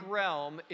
realm